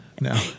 No